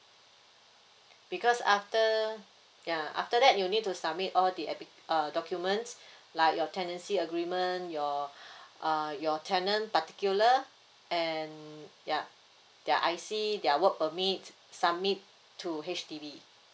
because after ya after that you need to submit all the appli~ err documents like your tenancy agreement your uh your tenant particular and yup their I C their work permit submit to H_D_B